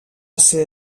ser